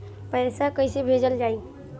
पैसा कैसे भेजल जाइ?